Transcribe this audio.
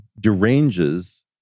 deranges